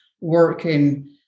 working